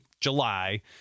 July